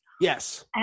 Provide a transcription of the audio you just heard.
Yes